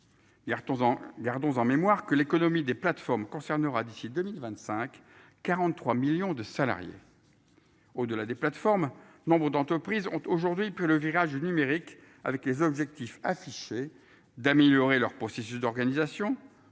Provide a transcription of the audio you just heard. gardant en mémoire que l'économie des plateformes concernera d'ici 2025, 43 millions de salariés. Au de des plateformes nombres d'entreprises ont aujourd'hui peut le virage numérique avec les objectifs affichés d'améliorer leurs processus d'organisation